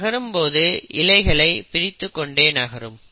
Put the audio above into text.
இது நகரும் போது இழைகளை பிரித்துக் கொண்டு நகரும்